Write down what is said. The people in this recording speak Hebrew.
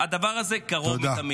והדבר הזה קרוב מתמיד.